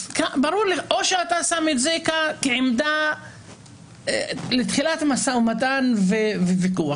או שאתה שם את זה כעמדה לתחילת משא ומתן וויכוח.